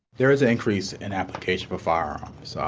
there is an increase in applications for firearms, ah